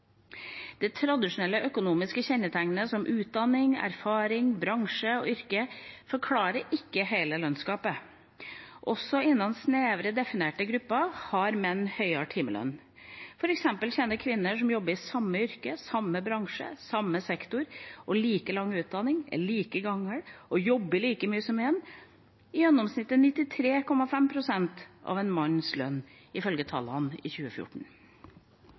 lønnsdiskriminering. Tradisjonelle økonomiske kjennetegn som utdanning, erfaring, bransje og yrke forklarer ikke hele lønnsgapet. Også innen snevert definerte grupper har menn høyere timelønn. For eksempel tjente kvinner som jobber i samme yrke, samme bransje og sektor, som har like lang utdanning, er like gamle og jobber like mye som menn, i gjennomsnitt 93,5 pst. av en manns lønn, ifølge tall fra 2014.